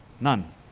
None